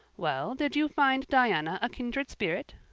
well, did you find diana a kindred spirit?